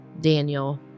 Daniel